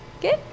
Good